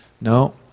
No